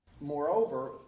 Moreover